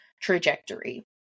trajectory